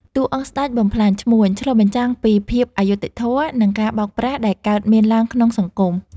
តួអង្គស្តេច បំផ្លាញឈ្មួញ ឆ្លុះបញ្ចាំងពីភាពអយុត្តិធម៌ និងការបោកប្រាស់ដែលកើតមានឡើងក្នុងសង្គម។